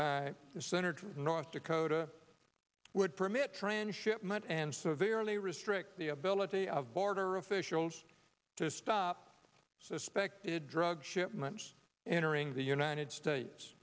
sen north dakota would permit transshipment and severely restrict the ability of border officials to stop suspected drug shipments in or ing the united states